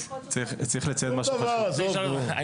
שום דבר, עזוב, נו.